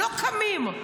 לא קמים.